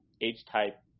H-type